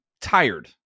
tired